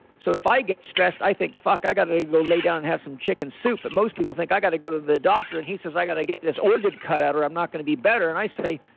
so if i get stressed, i think, i got to to go lay down and have some chicken soup. but most people think, i got to go to the doctor. and he says, i got to get this organ cut out or i'm not going to be better. and i say,